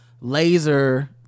laser